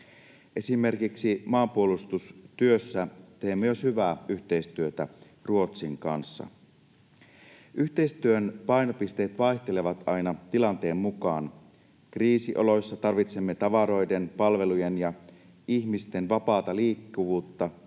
Esimerkiksi maanpuolustustyössä teemme jo hyvää yhteistyötä Ruotsin kanssa. Yhteistyön painopisteet vaihtelevat aina tilanteen mukaan. Kriisioloissa tarvitsemme tavaroiden, palvelujen ja ihmisten vapaata liikkuvuutta,